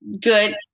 good